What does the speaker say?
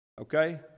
okay